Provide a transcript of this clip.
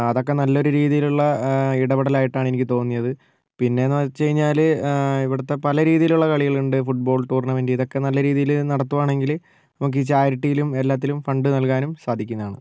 അതൊക്കെ നല്ലൊരു രീതിയിലുള്ള ഇടപെടലായിട്ടാണ് എനിക്ക് തോന്നിയത് പിന്നെ എന്ന് വെച്ചുകഴിഞ്ഞാൽ ഇവിടുത്തെ പല രീതിയിലുള്ള കളികളുണ്ട് ഫുട്ബോൾ ടൂർണമെൻറ്റ് ഇതൊക്കെ നല്ല രീതിയിൽ നടത്തുവാണെങ്കിൽ നമുക്ക് ഈ ചാരിറ്റിയിലും എല്ലാത്തിലും ഫണ്ട് നൽകാനും സാധിക്കുന്നതാണ്